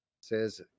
says